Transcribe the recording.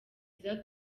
visa